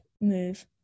move